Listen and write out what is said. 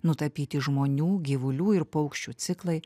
nutapyti žmonių gyvulių ir paukščių ciklai